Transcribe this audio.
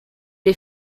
est